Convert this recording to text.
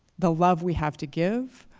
the love we have to give,